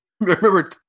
remember